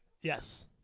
Yes